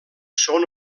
són